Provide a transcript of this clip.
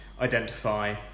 identify